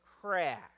crash